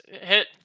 hit